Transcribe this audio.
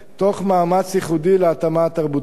תוך מאמץ ייחודי להתאמה התרבותית.